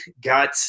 got